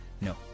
No